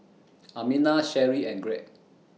Amina Sherri and Greg